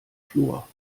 fluor